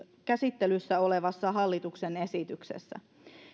käsittelyssä olevassa hallituksen esityksessä